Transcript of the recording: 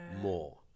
more